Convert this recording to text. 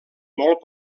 molt